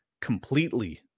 completely